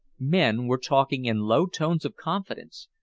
men were talking in low tones of confidence,